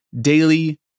daily